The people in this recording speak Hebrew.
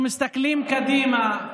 אנחנו מסתכלים קדימה,